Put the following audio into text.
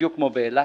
בדיוק כמו באילת,